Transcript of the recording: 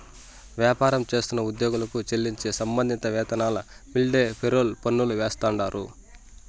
వ్యాపారం చేస్తున్న ఉద్యోగులకు చెల్లించే సంబంధిత వేతనాల మీన్దే ఫెర్రోల్ పన్నులు ఏస్తాండారు